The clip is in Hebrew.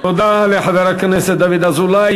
תודה לחבר הכנסת דוד אזולאי.